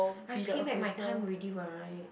I pay back my time already right